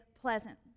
pleasant